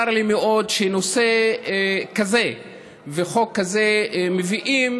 צר לי מאוד שנושא כזה וחוק כזה מביאים